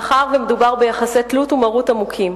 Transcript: מאחר שמדובר ביחסי תלות ומרות עמוקים.